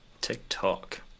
TikTok